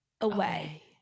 away